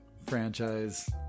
franchise